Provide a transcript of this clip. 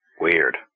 Weird